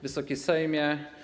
Wysoki Sejmie!